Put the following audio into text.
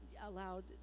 allowed